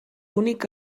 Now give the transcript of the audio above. únic